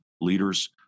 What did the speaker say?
leaders